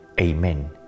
Amen